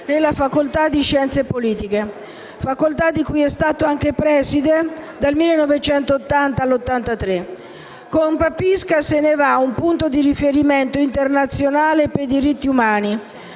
nella facoltà di scienze politiche, facoltà di cui è stato anche preside dal 1980 al 1983. Con Papisca se ne va un punto di riferimento internazionale per i diritti umani